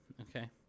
okay